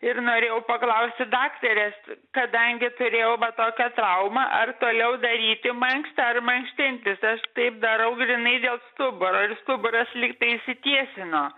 ir norėjau paklausti daktarės kadangi turėjau va tokią traumą ar toliau daryti mankštą ar mankštintis aš taip darau grynai dėl stuburo ir stuburas lygtai išsitiesino